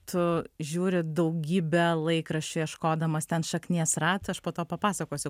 tu žiūri daugybę laikraščių ieškodamas ten šaknies ratą aš po to papasakosiu